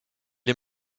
est